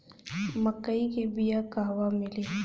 मक्कई के बिया क़हवा मिली?